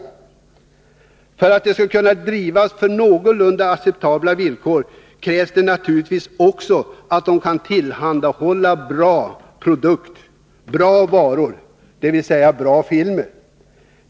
För att dessa biografer skall kunna drivas under någorlunda acceptabla villkor krävs det givetvis också att de kan tillhandahålla bra produkter, bra varor — dvs. bra filmer.